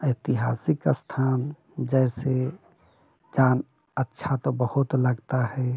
ऐतिहासिक स्थान जैसे चाँद अच्छा तो बहुत लगता है